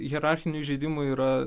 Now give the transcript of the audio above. hierarchinių įžeidimų yra